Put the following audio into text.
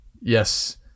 Yes